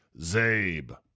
Zabe